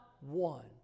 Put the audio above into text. one